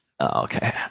Okay